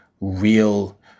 real